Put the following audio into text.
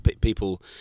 people